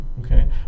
okay